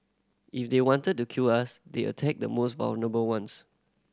if they wanted to kill us they attack the most vulnerable ones